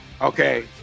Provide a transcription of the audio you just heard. Okay